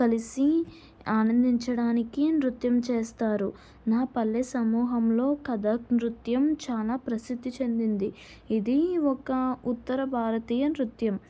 కలిసి ఆనందించడానికి నృత్యం చేస్తారు నా పల్లె సమూహంలో కతక్ నృత్యం చాల ప్రసిద్ధి చెందింది ఇది ఒక ఉత్తర భారతీయ నృత్యం